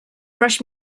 rush